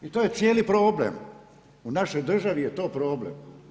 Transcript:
I to je cijeli problem, u našoj državi je to problem.